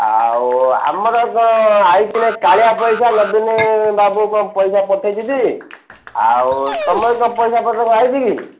ଆଉ ଆମର କ'ଣ ଆସିଛି ନା କାଳିଆ ପଇସା ନବୀନ ବାବୁ କ'ଣ ପଇସା ପଠାଇଛନ୍ତି ଆଉ ତୁମର କ'ଣ ପଇସା ପତ୍ର ଆଇଛି କି